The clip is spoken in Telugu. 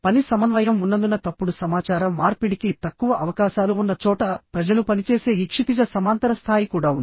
పని సమన్వయం ఉన్నందున తప్పుడు సమాచార మార్పిడికి తక్కువ అవకాశాలు ఉన్న చోట ప్రజలు పనిచేసే ఈ క్షితిజ సమాంతర స్థాయి కూడా ఉంది